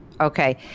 Okay